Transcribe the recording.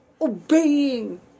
obeying